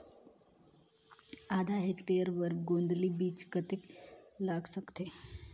आधा हेक्टेयर बर गोंदली बीच कतेक लाग सकथे?